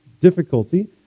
difficulty